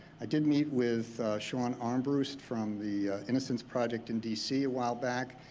i did meet with shawn armbrust from the innocence project in d. c. a while back,